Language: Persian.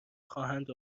خواهند